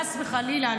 חס וחלילה,